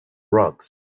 rocks